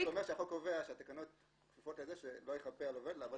אני רק אומר שהחוק קובע שהתקנות כפופות לזה שלא ייכפה על עובד לעבוד